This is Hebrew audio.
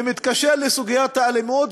ומתקשר לסוגיית האלימות,